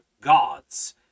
gods